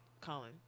Colin